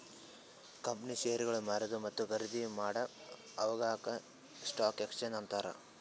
ಕಂಪನಿದು ಶೇರ್ಗೊಳ್ ಮಾರದು ಮತ್ತ ಖರ್ದಿ ಮಾಡಾ ಜಾಗಾಕ್ ಸ್ಟಾಕ್ ಎಕ್ಸ್ಚೇಂಜ್ ಅಂತಾರ್